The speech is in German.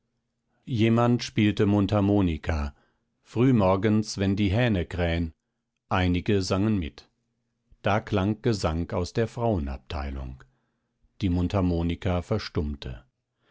jemand spielte mundharmonika frühmorgens wenn die hähne kräh'n einige sangen mit da klang gesang aus der frauenabteilung die mundharmonika verstummte